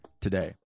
today